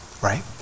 Right